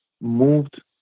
moved